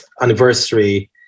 anniversary